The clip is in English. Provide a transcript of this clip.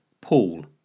Paul